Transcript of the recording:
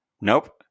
nope